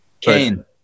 Kane